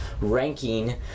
ranking